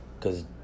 Cause